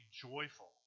joyful